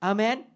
Amen